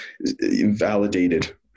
validated